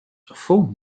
phone